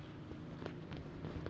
other countries and make sure like